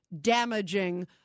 damaging